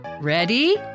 Ready